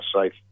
safe